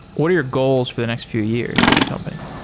what are your goals for the next few years with the company?